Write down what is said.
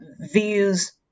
views